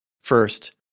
First